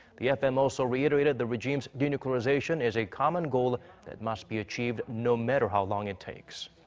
the fm also reiterated the regime's denuclearization is a common goal that must be achieved. no matter how long it takes.